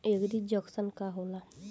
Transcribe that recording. एगरी junction का होला?